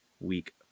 week